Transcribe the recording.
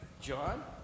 John